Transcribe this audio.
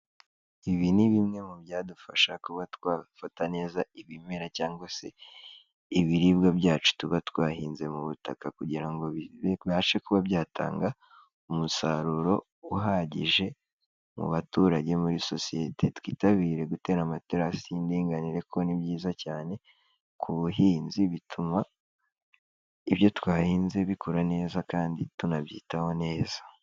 Ibi ni bimwe mu byadufasha kuba twafata neza ibimera cyangwa se, ibiribwa byacu tuba twahinze mu butaka kugira ngo bibashe kuba byatanga, umusaruro uhagije mu baturage muri sosiyete. Twitabire gutera amatarasi y'indinganire kuko ni byiza cyane, ku buhinzi bituma, ibyo twahinze bikura neza kandi tunabyitaho neza.